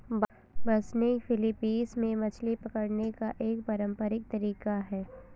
बासनिग Philippines में मछली पकड़ने का एक पारंपरिक तरीका है